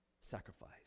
sacrifice